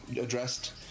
addressed –